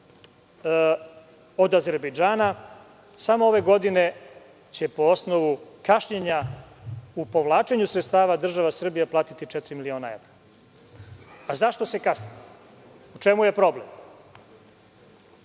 od Azerbejdžana. Samo ove godine će po osnovu kašnjenja u povlačenju sredstava, država Srbija platiti četiri miliona evra. Zašto se kasni, u čemu je problem?